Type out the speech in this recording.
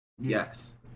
Yes